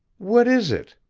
what is it?